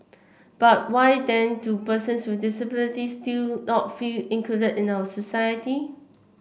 but why then do persons with disabilities still not feel included in our society